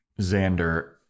Xander